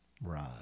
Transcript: Right